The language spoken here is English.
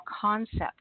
concept